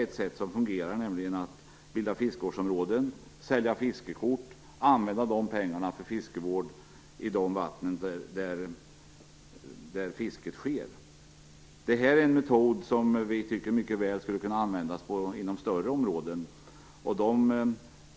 Det handlar om att man bildar fiskevårdsområden, säljer fiskekort och använder pengarna till fiskevård i de vatten där fisket sker. Det här är en metod som vi tycker mycket väl skulle kunna användas inom större områden.